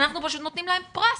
אנחנו פשוט נותנים להם פרס.